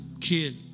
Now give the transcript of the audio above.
kid